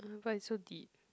why you so deep